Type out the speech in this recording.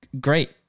great